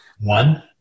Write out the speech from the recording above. One